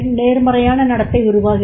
நேர்மறையான நடத்தை உருவாகிறது